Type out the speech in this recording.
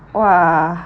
!wah!